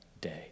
day